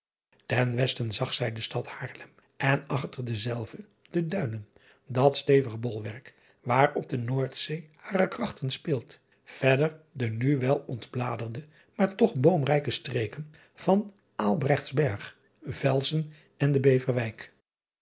en westen zag zij de stad aarlem en achter dezelve de duinen dat stevig bolwerk waar op de oordzee hare krachten spilt verder de nu wel ontbladerde maar toch boomrijke streken van albrechtsberg elsen en den everwijk